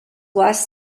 was